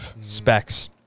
specs